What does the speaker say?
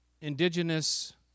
indigenous